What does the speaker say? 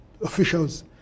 officials